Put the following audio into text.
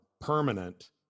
permanent